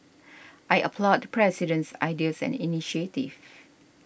I applaud the President's ideas and initiatives